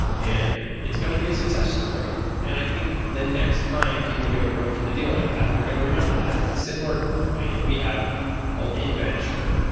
and it's going to be a success story and i think the next time people get approach with a deal like that, they're going to remember that. similar company that we have old inventure,